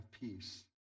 peace